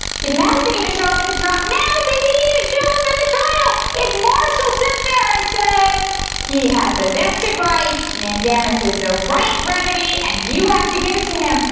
did madison even show up at the trial? madison didn't even show up at the trial. if marshall sits there and says he has a vested right mandamus is the right remedy and you have to give it to him.